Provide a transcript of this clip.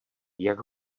jak